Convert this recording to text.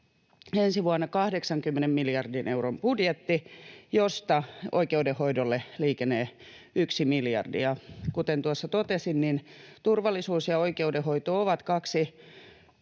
ensi vuonna 80 miljardin euron budjetti, josta oikeudenhoidolle liikenee yksi miljardi. Kuten tuossa totesin, niin turvallisuus ja oikeudenhoito ovat kaksi